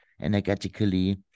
energetically